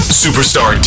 superstar